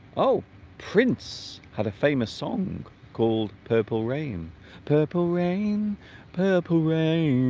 oh prince had a famous song called purple reign purple reign purple reign